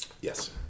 Yes